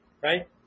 right